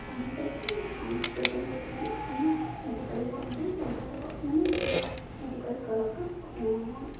ତମେ ଯଦି science student ହୋଇଥିଲେ ତୁମେ ମେଡିକାଲ୍ ଲାଇନ୍ରେ ଯାଇପାରିବ ମାନେ ସେ ମେଡିକାଲ ତରଫରୁ ତୁମକୁ